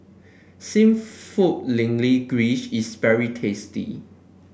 seafood is very tasty